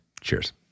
Cheers